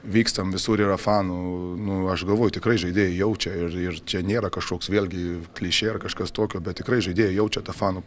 vykstam visur yra fanų nu aš galvoju tikrai žaidėjai jaučia ir ir čia nėra kažkoks vėlgi klišė ar kažkas tokio bet tikrai žaidėjai jaučia tą fanų